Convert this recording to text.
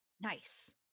Nice